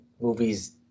movies